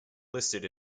listed